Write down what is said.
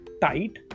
tight